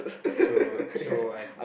so so I've